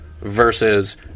versus